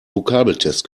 vokabeltest